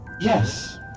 Yes